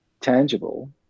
tangible